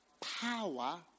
power